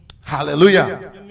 hallelujah